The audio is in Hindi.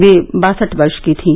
वह बासठ वर्ष की थीं